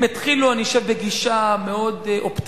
הם התחילו, אני חושב, בגישה אופטימית,